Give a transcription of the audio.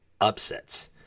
upsets